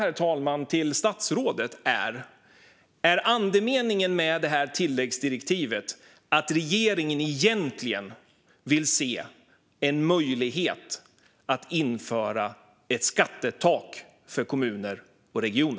Min fråga till statsrådet är därför: Är andemeningen med detta tilläggsdirektiv att regeringen egentligen vill se över möjligheten att införa ett skattetak för kommuner och regioner?